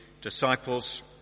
disciples